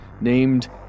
named